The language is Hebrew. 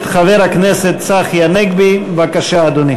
60 מתנגדים, אין נמנעים.